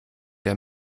der